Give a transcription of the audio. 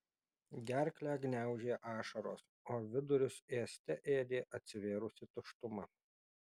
gerklę gniaužė ašaros o vidurius ėste ėdė atsivėrusi tuštuma